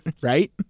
Right